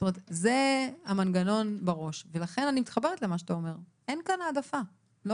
לכן אני מתחברת למה שאתה אומר: אנחנו לא